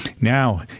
Now